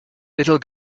little